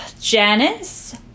Janice